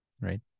right